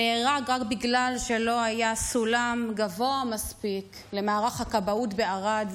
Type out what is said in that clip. שנהרג רק בגלל שלא היה סולם גבוה מספיק למערך הכבאות בערד